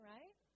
Right